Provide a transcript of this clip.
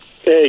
Hey